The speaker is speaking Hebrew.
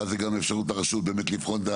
ואז זה גם אפשרות לרשות באמת לבחון את